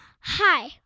hi